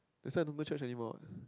that's why I don't go church anymore